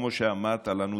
כמו שאמרת לנו,